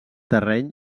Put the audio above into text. terreny